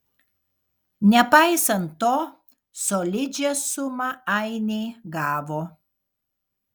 nepaisant to solidžią sumą ainiai gavo